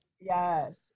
Yes